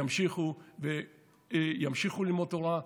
ימשיכו ללמוד תורה.